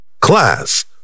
class